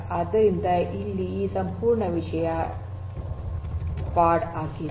ಆದ್ದರಿಂದ ಇಲ್ಲಿ ಈ ಸಂಪೂರ್ಣ ವಿಷಯ ಪಾಡ್ ಆಗಿದೆ